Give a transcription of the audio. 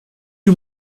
you